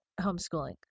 homeschooling